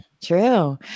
true